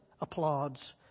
applauds